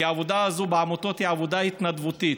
כי העבודה הזאת בעמותות היא עבודה התנדבותית.